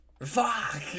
fuck